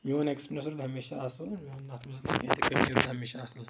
میون اٮ۪کٕسپیرینٕس اوس ہمیشہٕ اصل میون ہمیشہِ اصل